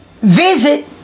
visit